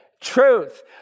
truth